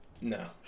No